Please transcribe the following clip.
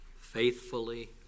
Faithfully